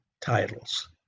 titles